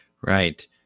Right